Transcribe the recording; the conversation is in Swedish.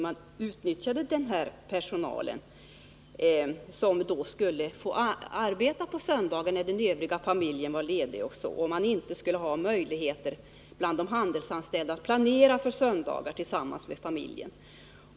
De handelsanställda skulle alltså få arbeta på söndagar när övriga familjemedlemmar var lediga och skulle därmed inte ha möjligheter att planera för söndagar tillsammans med familjen.